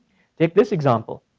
take this example.